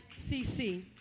CC